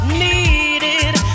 needed